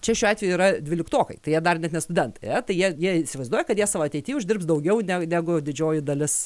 čia šiuo atveju yra dvyliktokai tai jie dar ne studentai ane tai jie jie įsivaizduoja kad jie savo ateity uždirbs daugiau negu didžioji dalis